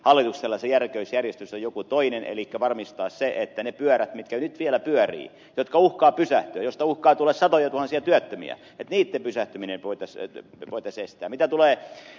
hallituksella se tärkeysjärjestys on joku toinen elikkä varmistaa se että kun ne pyörät nyt vielä pyörivät jotka uhkaavat pysähtyä mistä uhkaa tulla satojatuhansia työttömiä niitten pysähtyminen voitaisiin estää